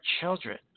children